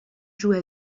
joue